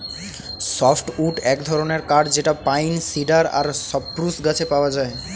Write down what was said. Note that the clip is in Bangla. সফ্ট উড এক ধরনের কাঠ যেটা পাইন, সিডার আর সপ্রুস গাছে পাওয়া যায়